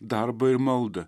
darbą ir maldą